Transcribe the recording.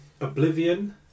Oblivion